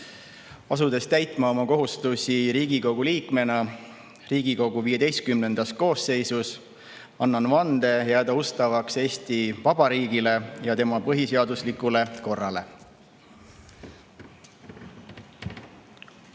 Asudes täitma oma kohustusi Riigikogu liikmena Riigikogu XV koosseisus, annan vande jääda ustavaks Eesti Vabariigile ja tema põhiseaduslikule korrale.